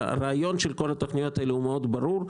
הרעיון של כל התוכניות האלה הוא מאוד ברור: